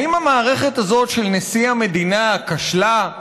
האם המערכת הזאת של נשיא המדינה כשלה?